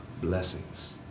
blessings